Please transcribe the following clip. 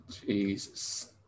Jesus